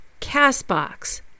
CastBox